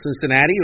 Cincinnati